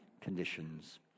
conditions